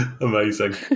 Amazing